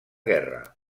guerra